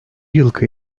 yılki